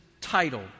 title